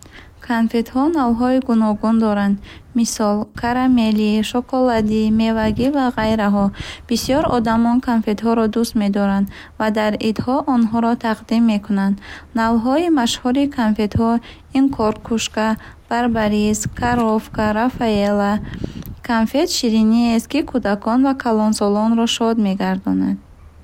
Конфетҳо навъҳои гуногун доранд. Мисол: карамелӣ, шоколадӣ, мевагӣ ва ғайраҳо. Бисёр одамон конфетҳоро дӯст медоранд ва дар идҳо онҳоро тақдим мекунанд. Навъҳои машҳури конфетҳо ин Коркушка, Барбарис, Коровка, Рафаэлло. Конфет шириниест, ки кӯдакон ва калонсолонро шод мегардонад.